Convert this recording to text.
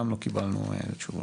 גם לא קיבלנו תשובה.